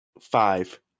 Five